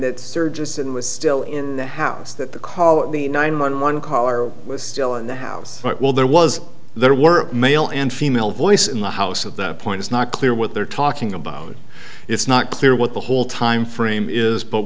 and was still in the house that the call the nine one one caller was still in the house well there was there were male and female voice in the house at that point it's not clear what they're talking about it's not clear what the whole timeframe is but